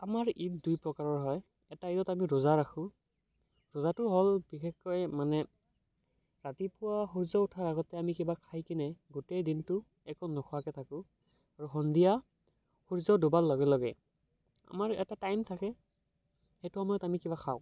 আমাৰ ঈদ দুই প্ৰকাৰৰ হয় এটা ঈদত আমি ৰোজা ৰাখোঁ ৰোজাটো হ'ল বিশেষকৈ মানে ৰাতিপুৱা সূৰ্য উঠাৰ আগতে আমি কিবা খাই কিনে গোটেই দিনটো একো নোখোৱাকে থাকোঁ আৰু সন্ধিয়া সূৰ্য ডুবাৰ লগে লগে আমাৰ এটা টাইম থাকে সেইটো সময়ত আমি কিবা খাওঁ